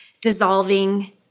dissolving